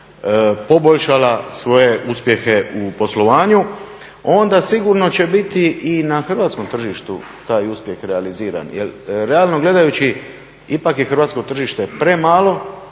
poboljšala svoje uspjehe u poslovanju, onda sigurno će biti i na hrvatskom tržištu taj uspjeh realiziran. Jer realno gledajući ipak je hrvatsko tržište premalo